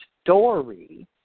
story